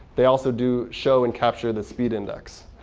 they also do show and capture the speed index.